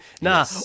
Nah